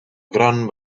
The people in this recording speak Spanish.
gran